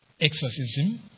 Exorcism